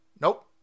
Nope